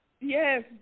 yes